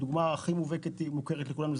הדוגמה המובהקת והמוכרת ביותר לכולנו היא